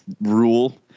rule